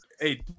hey